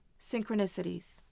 synchronicities